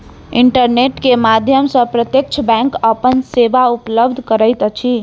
internet के माध्यम सॅ प्रत्यक्ष बैंक अपन सेवा उपलब्ध करैत अछि